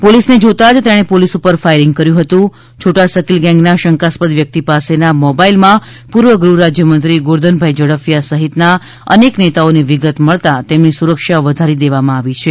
પોલીસને જોતાં જ તેણે પોલીસ પર ફાયરિંગ કર્યું હતું છોટા શકીલ ગેંગના શંકાસ્પદ વ્યક્તિ પાસેના મોબાઇલમાં પૂર્વ ગૃહ રાજ્યમંત્રી ગોરધનભાઈ ઝડફિયા સહિત અનેક નેતાઓની વિગત મળતા તેમની સુરક્ષા વધારી દેવામાં આવી છે